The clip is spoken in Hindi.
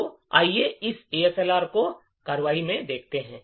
तो आइए हम एएसएलआर को कार्रवाई में देखते हैं